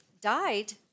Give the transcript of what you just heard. died